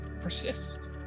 Persist